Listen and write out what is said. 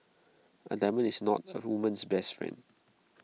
A diamond is not A woman's best friend